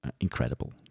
Incredible